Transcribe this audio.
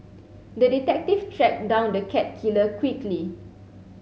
the detective tracked down the cat killer quickly